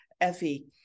Effie